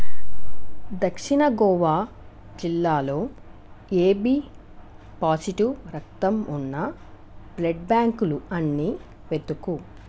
దక్షిణ గోవా జిల్లాలో A B positive రక్తం ఉన్న బ్లడ్ బ్యాంక్లు అన్నివెతుకు